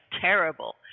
terrible